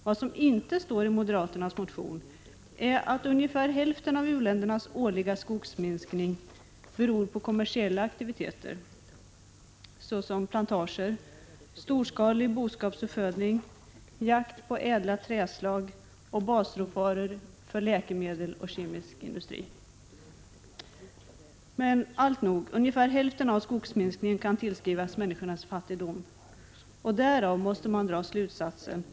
Vad som inte står i moderaternas motion är att ungefär hälften av u-ländernas årliga skogsminskning beror på kommersiella aktiviteter, såsom plantager, storskalig boskapsuppfödning, jakt på ädla träslag och basråvaror för läkemedel och kemisk industri. Men alltnog: Ungefär hälften av skogsminskningen kan tillskrivas männi skornas fattigdom, och därav måste man dra slutsatsen att rationellt Prot.